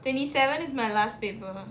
twenty seven is my last paper